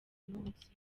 munsi